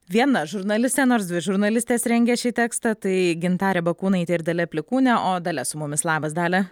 viena žurnalistė nors dvi žurnalistės rengė šį tekstą tai gintarė bakūnaitė ir dalia plikūnė o dalia su mumis labas dalia